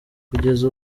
kugeza